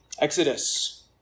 Exodus